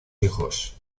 hijos